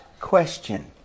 question